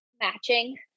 matching